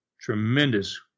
tremendous